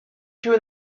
two